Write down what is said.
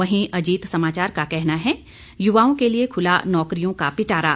वहीं अजीत समाचार का कहना है युवाओं के लिये खुला नौकरियों का पिटारा